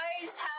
guys